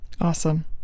Awesome